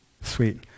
Sweet